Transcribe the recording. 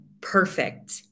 perfect